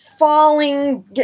falling